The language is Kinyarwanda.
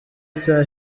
isaha